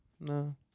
no